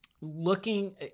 looking